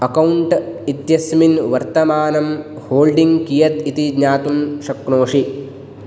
account इत्यस्मिन वर्तमानं holding कियत् इति ज्ञातुं शक्नोसि